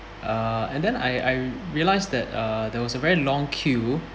uh and then I I realise that uh there was a very long queue